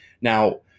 Now